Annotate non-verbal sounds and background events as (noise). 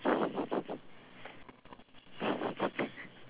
(breath)